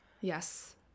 Yes